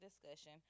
discussion